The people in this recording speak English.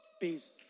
Peace